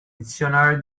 dictionary